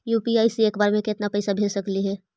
UPI से एक बार मे केतना पैसा भेज सकली हे?